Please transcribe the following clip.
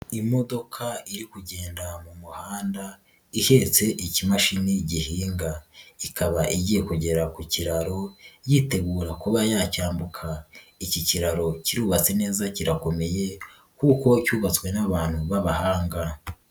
Iyi modoka iri kugenda mu muhanda, ihetse ikimashini gihinga. Ikaba igiye kugera ku kiraro yitegura kuba yacyambuka. Iki kiraro kirubatse neza kirakomeye, kuko cyubatswe n'abantu b'abahanga.